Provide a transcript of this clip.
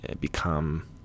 become